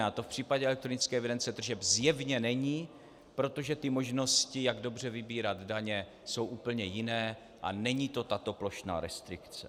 A to v případě elektronické evidence tržeb zjevně není, protože ty možnosti, jak dobře vybírat daně, jsou úplně jiné a není to tato plošná restrikce.